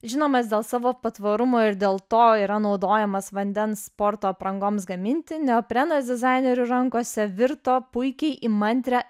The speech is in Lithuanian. žinomas dėl savo patvarumo ir dėl to yra naudojamas vandens sporto aprangoms gaminti neoprenas dizainerių rankose virto puikiai įmantrią